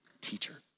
teacher